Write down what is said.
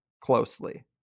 closely